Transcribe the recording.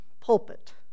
pulpit